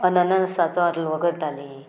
अननसाचो हलवो करतालीं